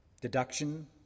Deduction